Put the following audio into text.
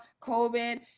COVID